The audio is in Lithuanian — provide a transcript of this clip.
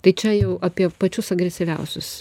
tai čia jau apie pačius agresyviausius